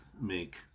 make